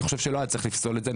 אני חושב שלא היה צריך לפסול את זה.